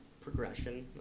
progression